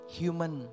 human